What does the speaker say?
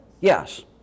Yes